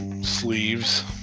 sleeves